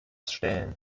stellen